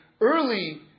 early